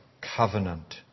covenant